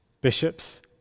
bishops